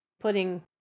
putting